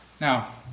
Now